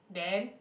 then